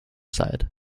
side